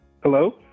Hello